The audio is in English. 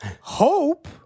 hope